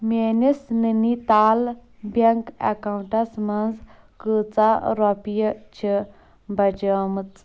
میٲنِس Nainital bank accounts منٛز کۭژاہ رۄپیہِ چھِ بچیمٕژ